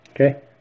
okay